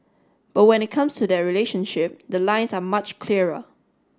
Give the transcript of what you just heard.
but when it comes to their relationship the lines are much clearer